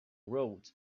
road